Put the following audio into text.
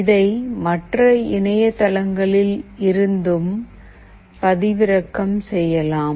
இதை மற்ற இணையதளங்களில் இருந்தும் பெறலாம்